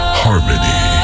harmony